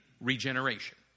Regeneration